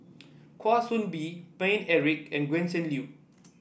Kwa Soon Bee Paine Eric and Gretchen Liu